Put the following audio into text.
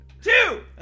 Two